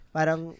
Parang